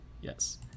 yes